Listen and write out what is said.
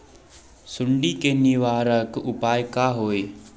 सुंडी के निवारक उपाय का होए?